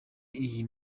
iyi